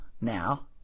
now